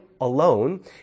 alone